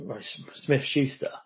Smith-Schuster